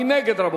מי נגד?